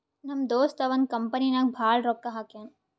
ನಮ್ ದೋಸ್ತ ಒಂದ್ ಕಂಪನಿ ನಾಗ್ ಭಾಳ್ ರೊಕ್ಕಾ ಹಾಕ್ಯಾನ್